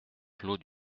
clos